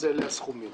אלה הסכומים.